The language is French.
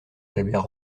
albert